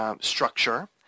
structure